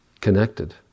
Connected